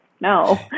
No